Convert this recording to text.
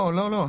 לא, לא.